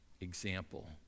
example